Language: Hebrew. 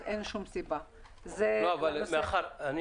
אז אין שום סיבה למנוע את פתיחתם.